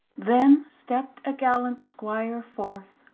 then stept a gallant squier forth,